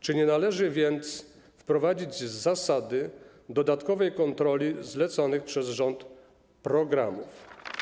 Czy nie należy wprowadzić zasady dodatkowej kontroli zleconych przez rząd programów?